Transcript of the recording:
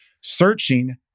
searching